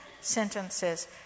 sentences